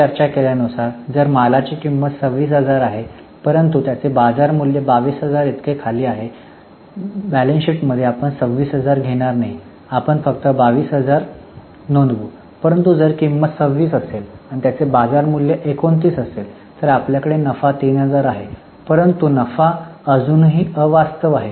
आपण चर्चा केल्यानुसार जर मालाची किंमत 26000 आहे परंतु त्याचे बाजार मूल्य २२००० इतके खाली गेले आहे बैलन्स शीटत आपण 26000 घेणार नाही आपण फक्त २२००० नोंदवू परंतु जर किंमत 26 असेल आणि त्याचे बाजार मूल्य 29 असेल तर आपल्याकडे नफा 3000 आहे परंतु नफा अजूनही अवास्तव आहे